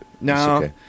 No